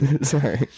Sorry